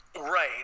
Right